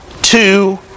two